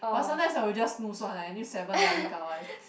but sometimes I will just snooze one eh until seven then I will wake up one